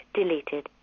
deleted